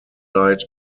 light